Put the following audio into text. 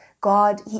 God